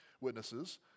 witnesses